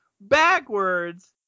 backwards